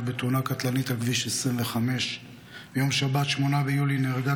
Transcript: בתאונה קטלנית על כביש 25. ביום שבת 8 ביולי נהרגה